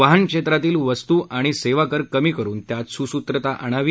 वाहनक्षेत्रातील वस्तू आणि सेवा कर कमी करून त्यात सुसूत्रता आणावी